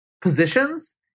positions